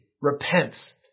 repents